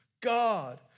God